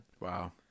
Wow